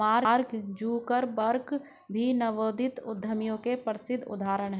mark Zuckerberg भी नवोदित उद्यमियों के प्रसिद्ध उदाहरण हैं